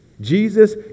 jesus